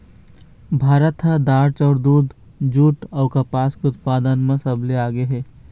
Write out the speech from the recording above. भारत ह दार, चाउर, दूद, जूट अऊ कपास के उत्पादन म सबले आगे हे